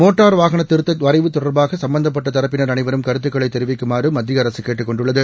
motor வாகன சுட்டத் திருத்த வரைவு தொடர்பாக சும்பந்தப்பட்ட தரப்பினர் அனைவரும் கருத்துக்களைத் தெரிவிக்குமாறு மத்திய அரசு கேட்டுக் கொண்டுள்ளது